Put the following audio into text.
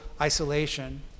isolation